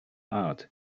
art